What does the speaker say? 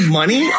money